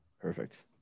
Perfect